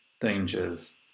dangers